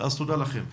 תודה לכם.